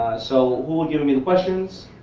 so, who will give me the questions.